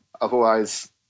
Otherwise